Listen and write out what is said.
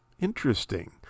Interesting